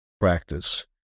practice